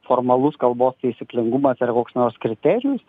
formalus kalbos taisyklingumas ar koks nors kriterijus